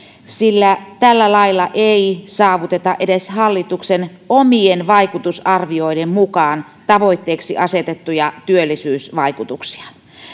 sillä tällä lailla ei saavuteta edes hallituksen omien vaikutusarvioiden mukaan tavoitteeksi asetettuja työllisyysvaikutuksia